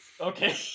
Okay